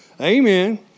Amen